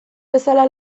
bezala